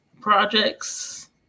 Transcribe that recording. projects